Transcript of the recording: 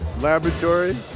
laboratory